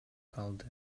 калды